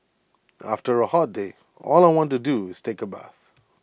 after A hot day all I want to do is take A bath